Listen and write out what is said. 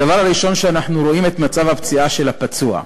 הדבר הראשון שאנחנו רואים הוא מצב הפציעה של הפצוע.